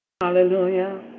Hallelujah